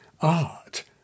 art